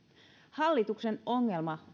hallituksen ongelma